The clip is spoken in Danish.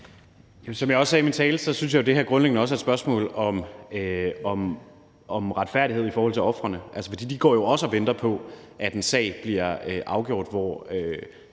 som jeg også sagde i min tale, synes jeg, at det her grundlæggende også er et spørgsmål om retfærdighed i forhold til ofrene, for de går jo også og venter på, at en sag bliver afgjort, hvor